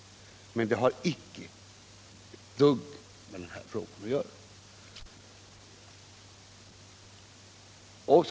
Men förlusterna har icke ett dugg med frågan som vi nu diskuterar att göra.